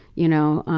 you know.